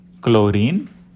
chlorine